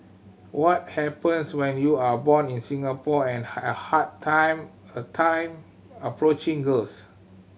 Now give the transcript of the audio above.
what happens when you are born in Singapore and had a hard time a time approaching girls